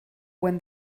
when